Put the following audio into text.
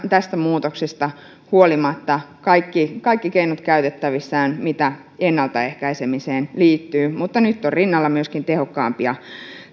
tästä muutoksesta huolimatta käytettävissään kaikki keinot mitä ennaltaehkäisemiseen liittyy mutta nyt on rinnalla myöskin tehokkaampia